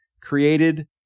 created